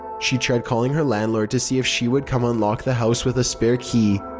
she tried calling her land lord to see if she would come unlock the house with the spare key.